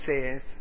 says